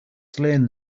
slain